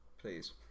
Please